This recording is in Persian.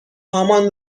هامان